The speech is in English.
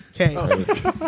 Okay